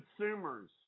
consumers